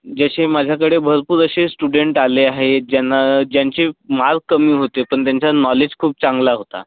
जसे माझ्याकडे भरपूर असे स्टुडंट आले आहेत ज्यांना ज्यांचे माल्क कमी होते पण त्यांचा नॉलेज खूप चांगला होता